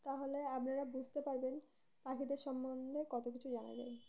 তাহলে আপনারা বুঝতে পারবেন পাখিদের সম্বন্ধে কত কিছু জানা যায়